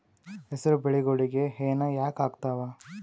ಹೆಸರು ಬೆಳಿಗೋಳಿಗಿ ಹೆನ ಯಾಕ ಆಗ್ತಾವ?